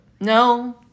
No